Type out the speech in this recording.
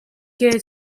que